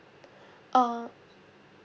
uh